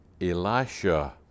Elisha